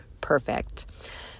perfect